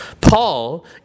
Paul